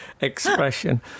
expression